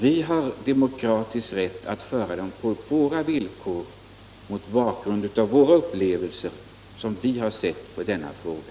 Vi har demokratisk rätt att föra den på våra villkor mot bakgrund av våra upplevelser och vårt sätt att se på denna fråga.